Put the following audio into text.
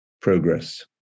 progress